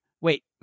wait